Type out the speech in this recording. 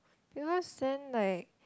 because then like